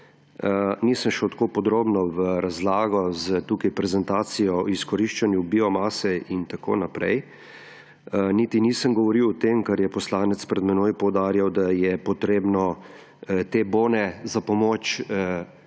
Nisem šel tako podrobno v razlago tukaj s prezentacijo o izkoriščanju biomase in tako naprej, niti nisem govoril o tem, kar je poslanec pred menoj poudarjal, da je potrebno te bone za pomoč